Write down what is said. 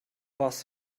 was